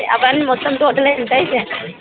అవన్నీ మొత్తం టోటల్ ఎంతవుతాయి